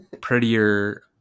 prettier